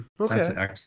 Okay